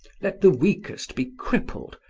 let the weakest be crippled,